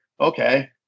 Okay